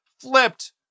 Flipped